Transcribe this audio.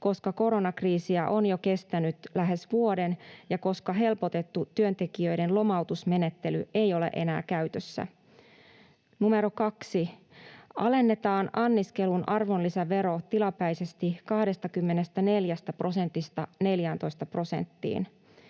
koska koronakriisiä on jo kestänyt lähes vuoden ja koska helpotettu työntekijöiden lomautusmenettely ei ole enää käytössä. 2) Alennetaan anniskelun arvonlisävero tilapäisesti 24 prosentista 14 prosenttiin.